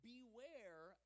Beware